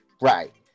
Right